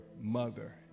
mother